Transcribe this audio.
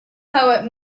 poet